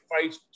fights